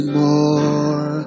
more